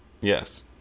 Yes